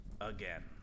again